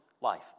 life